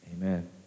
Amen